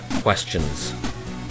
questions